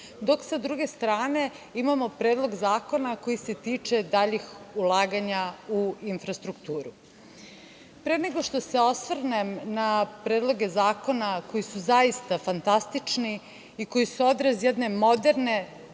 dok sa druge strane imamo predlog zakona koji se tiče daljih ulaganja u infrastrukturu. Pre nego što se osvrnem na predloge zakona koji su zaista fantastični i koji su odraz jedne moderne,